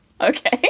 Okay